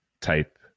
type